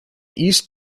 east